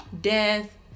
Death